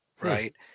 right